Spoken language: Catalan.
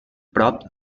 prop